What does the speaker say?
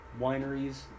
wineries